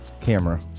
camera